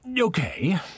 Okay